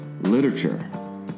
literature